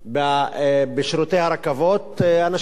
בשירותי הרכבות, אנשים משתמשים ברכבות.